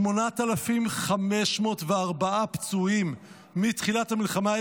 8,504 פצועים מתחילת המלחמה,